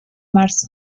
marzo